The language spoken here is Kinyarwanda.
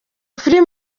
film